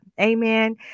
Amen